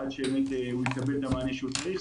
עד שהוא יקבל את המענה שהוא צריך,